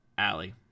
Allie